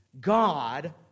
God